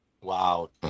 Wow